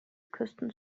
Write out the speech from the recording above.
küsten